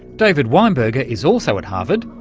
david weinberger is also at harvard.